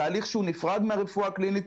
תהליך שהוא נפרד מהרפואה הקלינית,